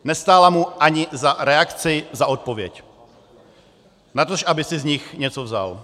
Nestála mu ani za reakci, za odpověď, natož aby si z nich něco vzal.